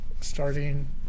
starting